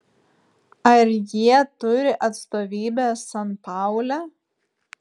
ar jie turi atstovybę sanpaule